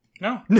No